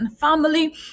family